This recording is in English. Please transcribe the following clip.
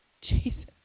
Jesus